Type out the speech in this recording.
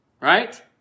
Right